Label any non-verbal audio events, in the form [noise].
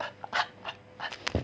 [laughs]